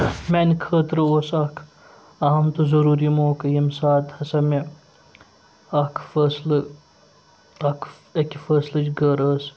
میانہِ خٲطرٕ اوس اکھ اَہم تہٕ ضروٗری موقعہٕ ییٚمہِ ساتہٕ ہسا مےٚ اکھ فٲصلہٕ اکھ اَکہِ فٲصلٕچ گٔر ٲس